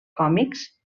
còmics